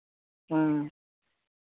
ᱦᱮᱸ